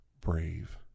brave